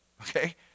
Okay